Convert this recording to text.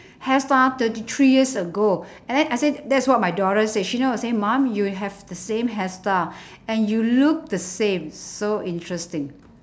hairstyle thirty three years ago and then I say that's what my daughter say she know how to say the same mum you have the same hairstyle and you look the same so interesting